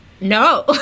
No